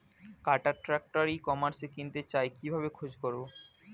কাটার tractor ই কমার্সে কিনতে চাই কিভাবে খোঁজ করো?